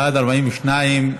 בעד, 42,